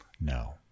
No